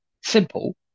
simple